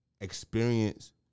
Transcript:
experience